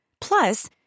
Plus